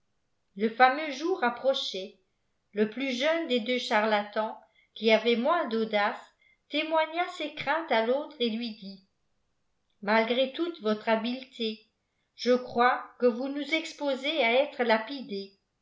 le fameux jour approchait le plus jeune des deux charlatans qui avait moins daudace témoigna ses craintes à l'autre et lui dit ce malgré toute votre habileté je crois que vous nous exposez à être lapidés